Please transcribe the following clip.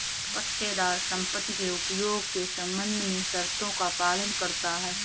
पट्टेदार संपत्ति के उपयोग के संबंध में शर्तों का पालन करता हैं